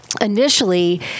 Initially